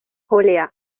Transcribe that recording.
julia